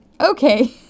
Okay